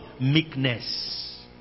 Meekness